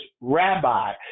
rabbi